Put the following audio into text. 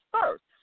first